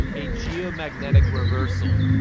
a geomagnetic reversal.